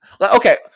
Okay